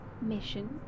mission